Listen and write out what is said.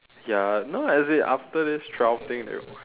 ya no as in after this twelve thing